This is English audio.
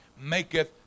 maketh